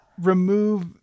remove